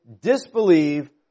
disbelieve